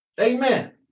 Amen